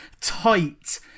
tight